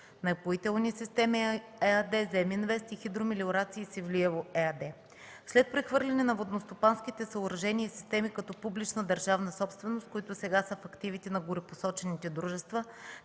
„Напоителни системи” ЕАД, „ЗемИнвест” и „Хидромелиорация” – ЕАД, Севлиево. След прехвърляне на водностопанските съоръжения и системи като публична държавна собственост, които сега са в активите на горепосочените дружества,